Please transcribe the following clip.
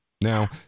Now